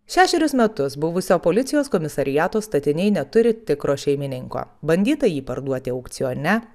šešerius metus buvusio policijos komisariato statiniai neturi tikro šeimininko bandyta jį parduoti aukcione